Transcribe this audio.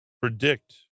predict